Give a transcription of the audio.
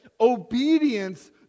Obedience